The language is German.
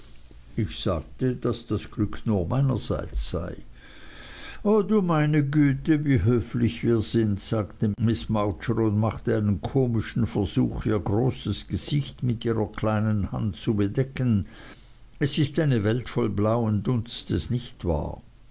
ich sagte daß das glück nur meinerseits sei o du meine güte wie höflich wir sind rief miß mowcher aus und machte einen komischen versuch ihr großes gesicht mit ihrer kleinen hand zu bedecken es ist eine welt voll blauen dunstes nicht wahr